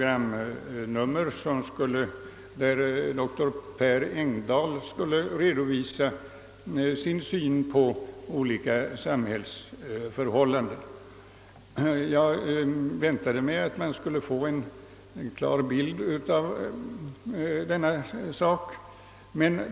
Jag avser ett program där doktor Per Engdahl skulle redovisa sin syn på samhällsförhållandena. Jag väntade mig att man då skulle få en klar bild av hans uppfattning.